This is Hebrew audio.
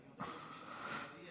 עשר דקות.